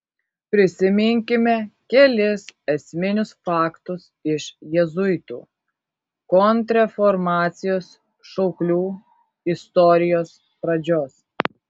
prisiminkime kelis esminius faktus iš jėzuitų kontrreformacijos šauklių istorijos pradžios